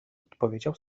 odpowiedział